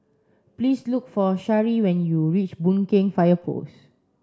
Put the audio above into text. please look for Sharee when you reach Boon Keng Fire Post